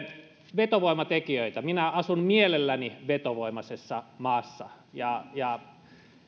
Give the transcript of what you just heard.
vetovoimatekijöistä minä asun mielelläni vetovoimaisessa maassa ja ja